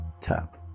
tap